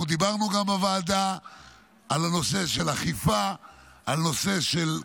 אנחנו דיברנו בוועדה גם על הנושא של אכיפה,